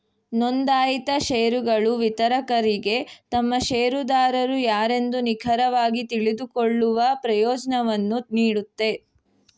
ನೊಂದಾಯಿತ ಶೇರುಗಳು ವಿತರಕರಿಗೆ ತಮ್ಮ ಶೇರುದಾರರು ಯಾರೆಂದು ನಿಖರವಾಗಿ ತಿಳಿದುಕೊಳ್ಳುವ ಪ್ರಯೋಜ್ನವನ್ನು ನೀಡುತ್ತೆ